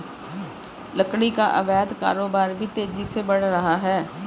लकड़ी का अवैध कारोबार भी तेजी से बढ़ रहा है